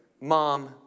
mom